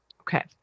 Okay